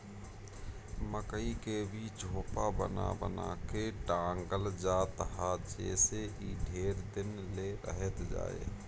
मकई के भी झोपा बना बना के टांगल जात ह जेसे इ ढेर दिन ले रहत जाए